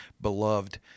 Beloved